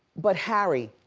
but harry,